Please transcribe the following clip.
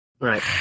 Right